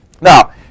Now